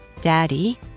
Daddy